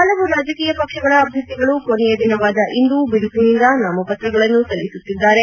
ಹಲವು ರಾಜಕೀಯ ಪಕ್ಷಗಳ ಅಭ್ಯರ್ಥಿಗಳು ಕೊನೆಯ ದಿನವಾದ ಇಂದು ಬಿರುಸಿನಿಂದ ನಾಮಪತ್ರಗಳನ್ನು ಸಲ್ಲಿಸುತ್ತಿದ್ದಾರೆ